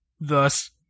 thus